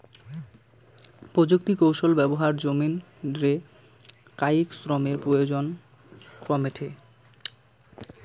প্রযুক্তিকৌশল ব্যবহার জমিন রে কায়িক শ্রমের প্রয়োজন কমেঠে